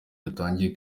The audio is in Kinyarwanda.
yatangiye